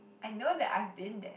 I know that I've been there